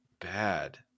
bad